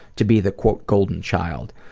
to be the golden child.